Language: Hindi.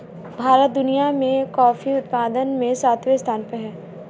भारत दुनिया में कॉफी उत्पादन में सातवें स्थान पर है